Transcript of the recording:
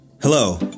Hello